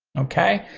okay?